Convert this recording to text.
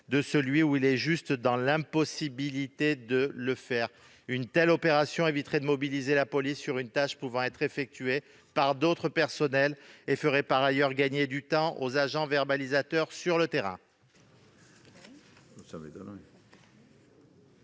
de celui où il est simplement dans l'impossibilité de le faire. Une telle opération éviterait de mobiliser la police sur une tâche pouvant être effectuée par d'autres agents et ferait par ailleurs gagner du temps aux agents verbalisateurs sur le terrain.